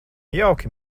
jauki